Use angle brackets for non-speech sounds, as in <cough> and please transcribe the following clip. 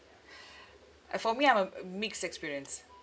<breath> uh for me I'm uh mixed experience